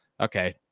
okay